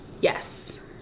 Yes